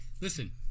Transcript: Listen